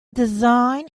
design